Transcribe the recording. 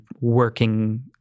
working